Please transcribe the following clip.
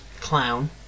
clown